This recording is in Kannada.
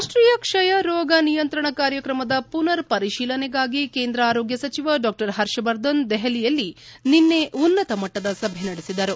ರಾಷ್ಷೀಯ ಕ್ಷಯಾ ರೋಗ ನಿಯಂತ್ರಣ ಕಾರ್ಯಕ್ರಮದ ಪುನರ್ ಪರಿಶೀಲನೆಗಾಗಿ ಕೇಂದ್ರ ಆರೋಗ್ವ ಸಚಿವ ಡಾ ಹರ್ಷವರ್ಧನ್ ದೆಹಲಿಯಲ್ಲಿ ನಿನ್ನೆ ಉನ್ನತಮಟ್ಟದ ಸಭೆ ನಡೆಸಿದರು